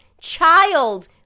child